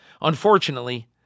Unfortunately